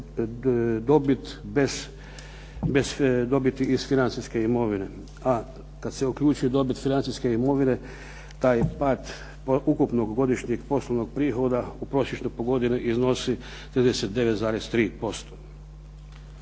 dobit iz financijske imovine. A kada se uključi dobit financijske imovine, taj pad ukupnog godišnjeg poslovnog prihoda u prosječno po godini iznosi 59,3%.